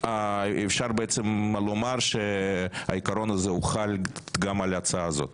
אפשר בעצם לומר שהעיקרון הזה חל גם על ההצעה הזאת?